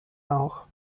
auch